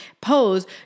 pose